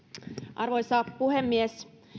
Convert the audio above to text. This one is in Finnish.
arvoisa puhemies